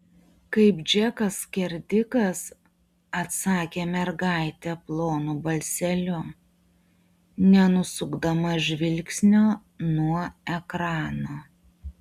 kaip džekas skerdikas atsakė mergaitė plonu balseliu nenusukdama žvilgsnio nuo ekrano